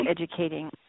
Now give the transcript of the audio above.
educating